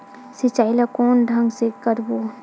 सिंचाई ल कोन ढंग से करबो?